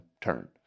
turn